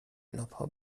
لاپها